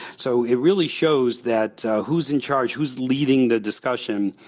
so it really shows that who's in charge, who's leading the discussion,